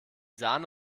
sahne